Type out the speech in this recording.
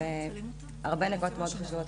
הרבה נקודות מאוד חשובות,